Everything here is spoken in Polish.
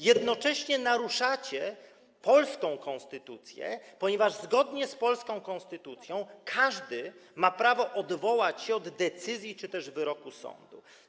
Jednocześnie naruszacie polską konstytucję, ponieważ zgodnie z polską konstytucją każdy ma prawo odwołać się od decyzji czy też wyroku sądu.